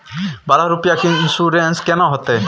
बारह रुपिया के इन्सुरेंस केना होतै?